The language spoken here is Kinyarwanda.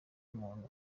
muntu